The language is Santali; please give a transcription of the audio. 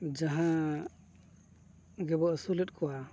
ᱡᱟᱦᱟᱸ ᱜᱮᱵᱚᱱ ᱟᱹᱥᱩᱞᱮᱫ ᱠᱚᱣᱟ